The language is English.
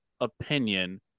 opinion